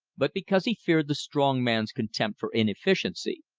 but because he feared the strong man's contempt for inefficiency.